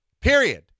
Period